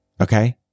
okay